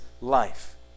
life